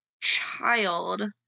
child